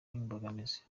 imbogamizi